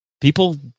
People